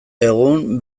egun